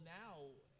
now